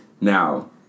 Now